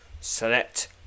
Select